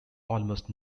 almost